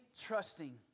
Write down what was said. trusting